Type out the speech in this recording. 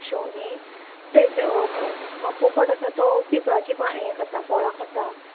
शेवणीं तेंच मा पोपट आसा तो पिंपळाचीं प यें खाता फळां खाता